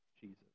Jesus